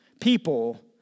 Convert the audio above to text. people